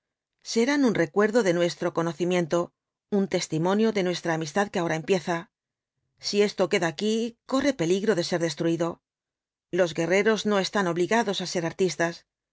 serán uq recuerdo de nuestro conocimiento un testimonio de nuestra amistad que ahora empieza si esto queda aquí corre peligro de ser destruido los guerreros no están obligados á ser artistas